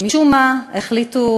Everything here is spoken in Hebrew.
משום-מה החליטו,